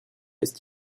ist